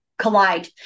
collide